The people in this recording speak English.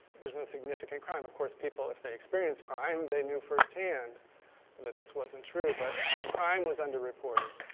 there's no significant crime. of course, people if they experienced crime, they knew first hand that this wasn't true. but crime was under-reported.